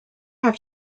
have